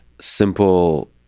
simple